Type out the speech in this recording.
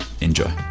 Enjoy